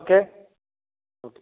okay okay